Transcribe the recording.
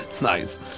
Nice